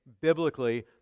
biblically